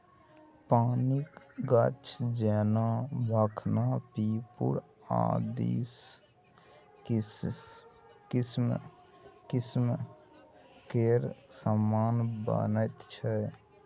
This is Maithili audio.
पानिक गाछ जेना भखना पिपुर आदिसँ किसिम किसिम केर समान बनैत छै